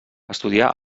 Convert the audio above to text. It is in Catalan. estudià